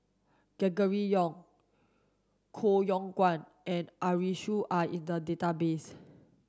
Gregory Yong Koh Yong Guan and Arasu are in the database